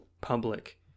public